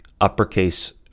uppercase